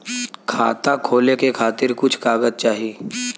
खाता खोले के खातिर कुछ कागज चाही?